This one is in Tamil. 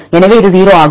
எனவே இது 0 ஆகும்